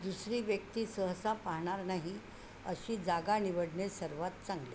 दुसरी व्यक्ती सहसा पाहणार नाही अशी जागा निवडणे सर्वांत चांगले